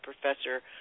Professor